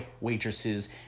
waitresses